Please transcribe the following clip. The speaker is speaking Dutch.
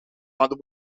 landen